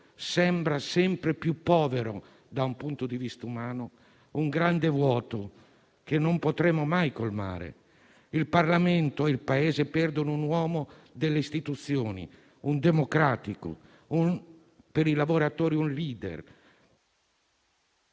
sembra sempre più povero da un punto di vista umano, un grande vuoto che non potremo mai colmare. Il Parlamento e il Paese perdono un uomo delle istituzioni, un democratico, per i lavoratori un *leader*,